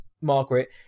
Margaret